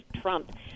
Trump